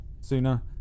sooner